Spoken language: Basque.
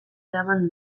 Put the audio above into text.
eraman